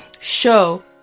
show